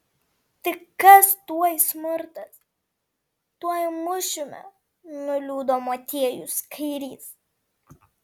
tik kas tuoj smurtas tuoj mušime nuliūdo motiejus kairys